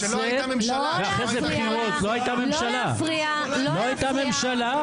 היתה ממשלת מעבר.